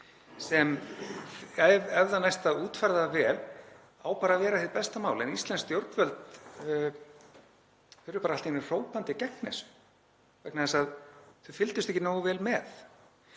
sem, ef það næst að útfæra það vel, á bara að vera hið besta mál. En íslensk stjórnvöld eru bara allt í einu hrópandi gegn þessu vegna þess að þau fylgdust ekki nógu vel með.